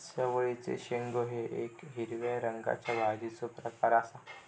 चवळीचे शेंगो हे येक हिरव्या रंगाच्या भाजीचो प्रकार आसा